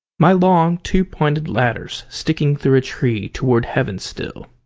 my long two-pointed ladder's sticking through a tree toward heaven still,